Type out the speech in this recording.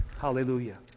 Hallelujah